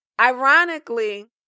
Ironically